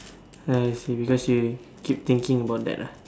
I see because you keep thinking about that ah